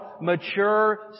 mature